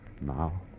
Now